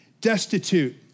destitute